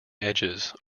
edges